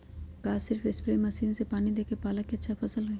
का सिर्फ spray machine से पानी देके पालक के अच्छा फसल होई?